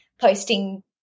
posting